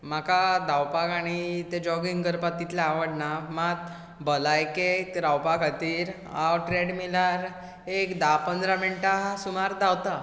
म्हाका ते धांवपाक आनी ते जॉगिंग करपाक तितलें आवडना मात भलायकेक रावपा खातीर हांव ट्रेडमिलार एक धां पंदरां मिनटां सुमार धांवतां